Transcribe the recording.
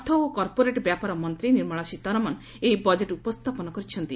ଅର୍ଥ ଓ କର୍ପୋରେଟ୍ ବ୍ୟାପାର ମନ୍ତୀ ନିର୍ମଳା ସୀତାରମଣ ଏହି ବଜେଟ୍ ଉପସ୍ସାପନ କରିଛନ୍ତି